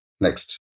Next